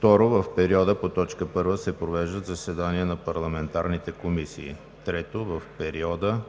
2. В периода по т. 1 се провеждат заседания на парламентарните комисии. 3. В периода